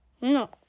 No